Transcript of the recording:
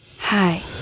Hi